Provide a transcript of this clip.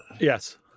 Yes